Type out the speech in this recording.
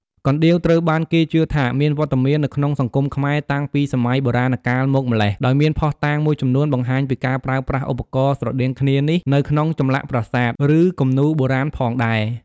កណ្ដៀវត្រូវបានគេជឿថាមានវត្តមាននៅក្នុងសង្គមខ្មែរតាំងពីសម័យបុរាណកាលមកម្ល៉េះ ដោយមានភស្តុតាងមួយចំនួនបង្ហាញពីការប្រើប្រាស់ឧបករណ៍ស្រដៀងគ្នានេះនៅក្នុងចម្លាក់ប្រាសាទ ឬគំនូរបុរាណផងដែរ។